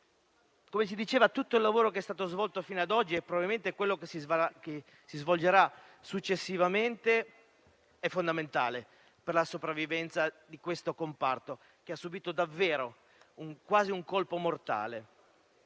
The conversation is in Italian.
Come si diceva, tutto il lavoro che è stato svolto fino ad oggi e probabilmente quello che si svolgerà successivamente è fondamentale per la sopravvivenza di questo comparto, che ha subito davvero un colpo quasi mortale.